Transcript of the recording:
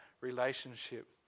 relationship